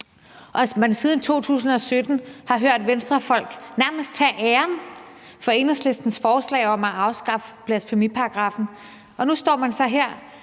og siden 2017 har hørt Venstrefolk nærmest tage æren for Enhedslistens forslag om at afskaffe blasfemiparagraffen, at Venstre nu står her